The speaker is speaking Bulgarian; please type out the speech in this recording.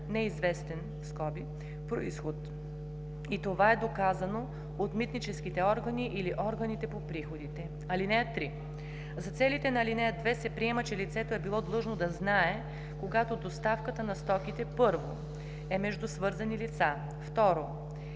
(неизвестен) произход и това е доказано от митническите органи или органите по приходите. (3) За целите на ал. 2 се приема, че лицето е било длъжно да знае, когато доставката на стоките: 1. е между свързани лица; 2.